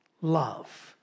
love